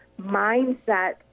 mindset